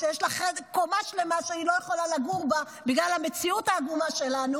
כאשר יש לה קומה שלמה שהיא לא יכולה לגור בה בגלל המציאות העגומה שלנו.